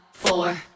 Four